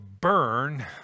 burn